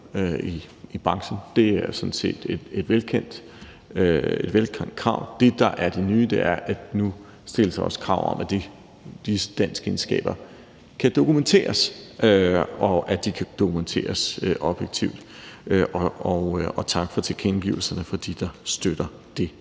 i branchen. Det er sådan set et velkendt krav. Det, der er det nye, er, at der nu stilles krav om, at de danskkunskaber kan dokumenteres, og at de kan dokumenteres objektivt. Og tak for tilkendegivelserne fra dem, der støtter det.